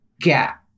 gap